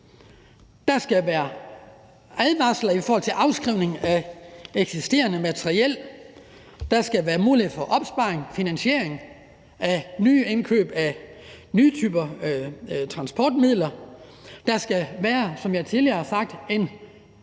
Der skal være advarsler i forhold til afskrivning af eksisterende materiel; der skal være mulighed for opsparing og finansiering af indkøb af nye typer transportmidler; der skal, som jeg tidligere